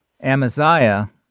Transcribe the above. Amaziah